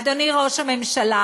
אדוני ראש הממשלה,